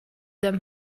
them